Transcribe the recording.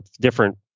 different